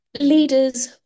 leaders